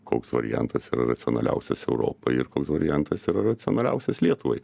koks variantas yra racionaliausias europai ir koks variantas yra racionaliausias lietuvai